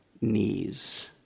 knees